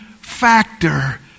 factor